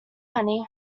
honey